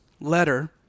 letter